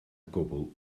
gwbl